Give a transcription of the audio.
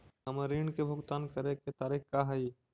हमर ऋण के भुगतान करे के तारीख का हई?